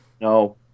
No